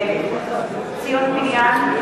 נגד ציון פיניאן,